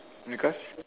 because